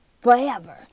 forever